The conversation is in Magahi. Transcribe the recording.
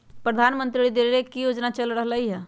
प्रधानमंत्री द्वारा की की योजना चल रहलई ह?